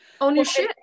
Ownership